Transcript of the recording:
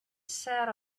sat